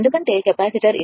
ఎందుకంటే కెపాసిటర్ ఇది 22